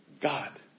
God